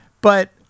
But-